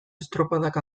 estropadak